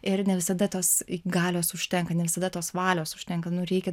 ir ne visada tos galios užtenka ne visada tos valios užtenka nu reikia